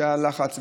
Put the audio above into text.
שהיה לחץ,